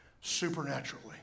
supernaturally